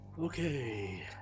Okay